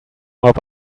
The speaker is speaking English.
mop